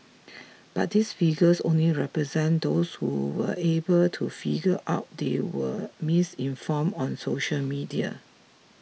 but this figures only represents those who were able to figure out they were misinformed on social media